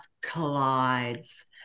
collides